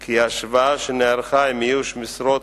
כי ההשוואה שנערכה עם איוש משרות